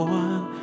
one